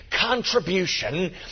contribution